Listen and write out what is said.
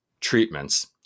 treatments